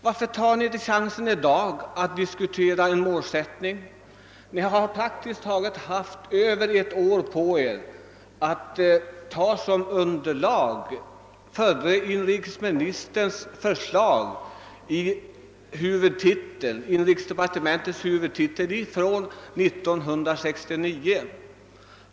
Varför tar ni chansen först i dag att diskutera en målsättning? Ni har haft praktiskt taget över ett år på er att ta som underlag förre inrikesministerns förslag i inrikesdepartementets huvudtitel 1969.